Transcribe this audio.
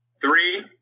Three